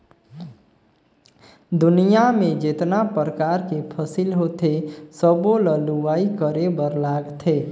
दुनियां में जेतना परकार के फसिल होथे सबो ल लूवाई करे बर लागथे